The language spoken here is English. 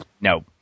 No